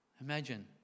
Imagine